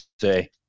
say